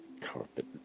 carpet